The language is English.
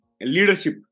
Leadership